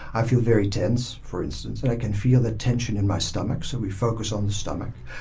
i feel very tense for instance, and i can feel the tension in my stomach. so we focus on the stomach,